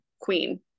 queen